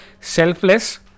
selfless